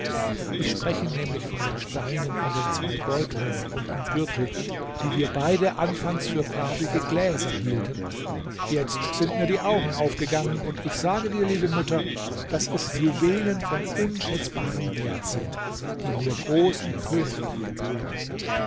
ich spreche nämlich von den steinen in den zwei beuteln und im gürtel die wir beide anfangs für farbige gläser hielten jetzt sind mir die augen aufgegangen und ich sage dir liebe mutter daß es juwelen von unschätzbarem wert sind die nur großen königen gebühren